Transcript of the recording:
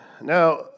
Now